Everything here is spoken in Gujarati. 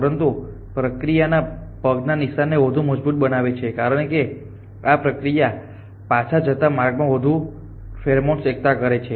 પરંતુ આ પ્રકિયા પગ ના નિશાનને વધુ મજબૂત બનાવે છે કારણ કે આ પ્રક્રિયા પાછા જતા માર્ગમાં વધુ ફેરોમોન્સ એકઠા કરે છે